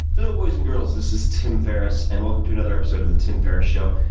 you know boys and girls. this is tim ferriss. and welcome to another episode of the tim ferriss show.